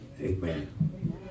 Amen